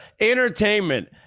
entertainment